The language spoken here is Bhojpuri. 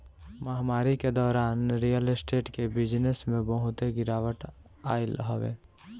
महामारी के दौरान रियल स्टेट के बिजनेस में बहुते गिरावट आइल हवे